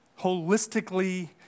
holistically